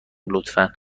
لطفا